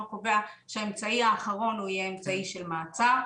קובע שהאמצעי האחרון יהיה אמצעי של מעצר.